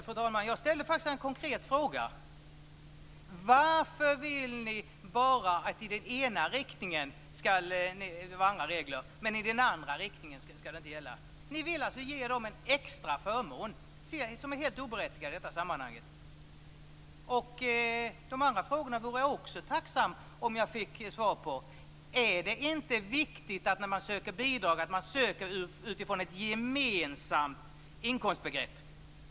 Fru talman! Jag ställde faktiskt en konkret fråga: Varför vill ni bara att det skall vara andra regler i den ena riktningen, men i den andra riktningen skall de inte gälla? Ni vill alltså ge dem en extra förmån, som är helt oberättigad i detta sammanhang. De andra frågorna vore jag också tacksam om jag fick svar på. Är det inte viktigt när man söker bidrag att man söker utifrån ett gemensamt inkomstbegrepp?